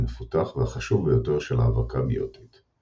המפותח והחשוב ביותר של האבקה ביוטית;